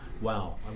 Wow